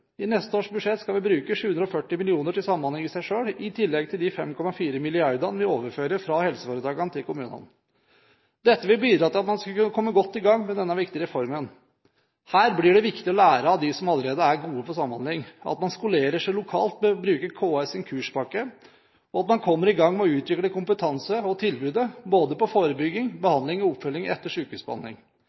I neste års budsjett skal vi bruke 740 mill. kr til samhandling i seg selv i tilegg til de 5,4 mrd. kr vi overfører fra helseforetakene til kommunene. Dette vil bidra til at man skulle kunne komme godt i gang med denne viktige reformen. Her blir det viktig å lære av dem som allerede er gode på samhandling, at man skolerer seg lokalt ved å bruke KS' kurspakke, og at man kommer i gang med å utvikle kompetanse og tilbud både på forebygging, behandling og oppfølging etter sykehusbehandling.